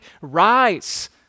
rise